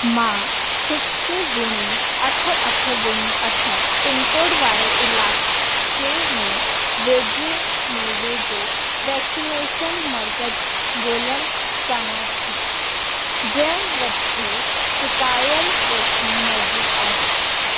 मां हिकु ॿुड़ी अठ अठ ॿुड़ी अठ पिनकोड वारे इलाइक़े में वेझे में वेझो वैक्सीनेशन मर्कज़ु ॻोल्हणु चाहियां थी जंहिं वटि चुकायलु वैक्सीन मौजूदु आहे